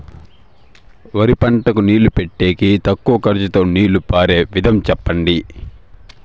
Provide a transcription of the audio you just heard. వరి పంటకు నీళ్లు పెట్టేకి తక్కువ ఖర్చుతో నీళ్లు పారే విధం చెప్పండి?